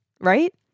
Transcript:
right